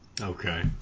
Okay